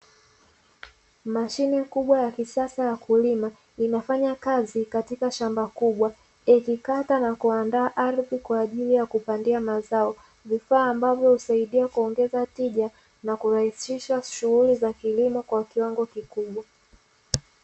Mashine kubwa ya kisasa ya kulima, inafanya kazi katika shamba kubwa. Ikikata na kuandaa ardhi kwaajili ya kupandia mazao, vifaa ambavyo husaidia kuongeza tija na kurahisisha shughuli za kilimo kwa kiwango kikubwa.